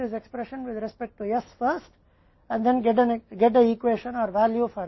हमें दें ये वे शब्द हैं जहां हमने s किया होगा